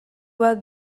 bat